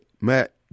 Matt